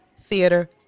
theater